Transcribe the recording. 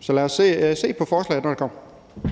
Så lad os se på forslaget, når det kommer.